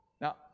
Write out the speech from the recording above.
Now